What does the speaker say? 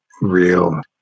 real